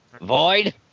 Void